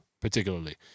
particularly